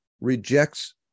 rejects